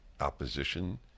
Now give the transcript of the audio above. opposition